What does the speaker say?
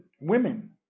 women